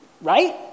right